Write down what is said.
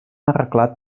arreglat